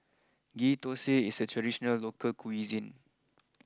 Ghee Thosai is a traditional local cuisine